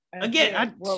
again